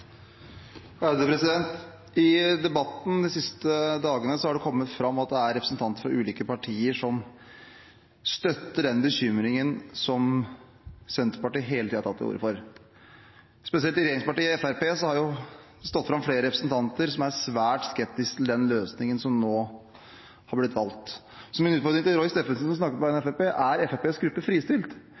de siste dagene har det kommet fram at det er representanter for ulike partier som støtter den bekymringen som Senterpartiet hele tiden har tatt til orde for. Spesielt i regjeringspartiet Fremskrittspartiet har det stått fram flere representanter som er svært skeptiske til den løsningen som nå har blitt valgt. Så min utfordring til Roy Steffensen, som snakker på vegne av Fremskrittspartiet, er: Er Fremskrittspartiets gruppe fristilt?